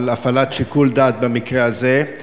על הפעלת שיקול הדעת במקרה הזה.